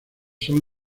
son